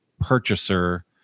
purchaser